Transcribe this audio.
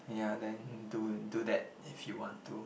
ya then do do that if you want to